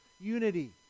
unity